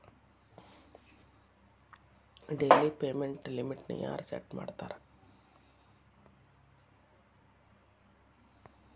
daily payment ಲಿಮಿಟ್ನ ಯಾರ್ set ಮಾಡ್ತಾರಾ